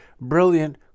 brilliant